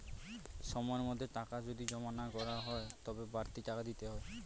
সময়ের মধ্যে টাকা যদি জমা না করা হয় তবে বাড়তি টাকা দিতে হয়